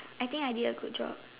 I think I did a job